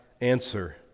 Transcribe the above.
answer